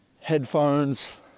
headphones